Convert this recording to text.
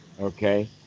Okay